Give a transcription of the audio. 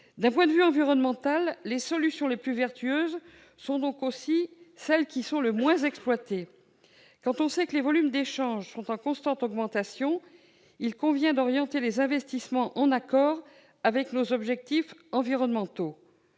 D'un point de vue environnemental, les solutions les plus vertueuses sont donc aussi les moins exploitées. Quand on sait que les volumes des échanges sont en constante augmentation, il convient d'orienter les investissements en accord avec nos objectifs environnementaux.